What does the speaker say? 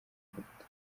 agafoto